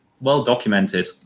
well-documented